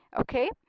okay